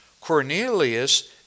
Cornelius